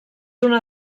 una